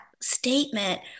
statement